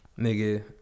nigga